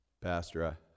Pastor